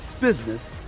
business